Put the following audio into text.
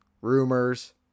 rumors